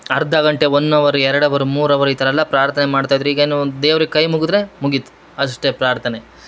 ಅರ್ಧ ಗಂಟೆ one hour ಎರಡು ಅವರ್ ಮೂರು ಅವರ್ ಈ ಥರ ಎಲ್ಲ ಪ್ರಾರ್ಥನೆ ಮಾಡ್ತಾ ಇದ್ದರು ಈಗೇನು ದೇವ್ರಿಗೆ ಕೈ ಮುಗುದರೆ ಮುಗಿತು ಅಷ್ಟೇ ಪ್ರಾರ್ಥನೆ